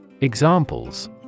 Examples